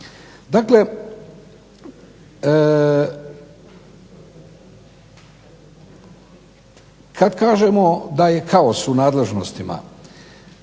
Dakle, kad kažemo da je kaos u nadležnostima